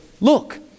look